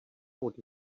would